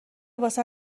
واست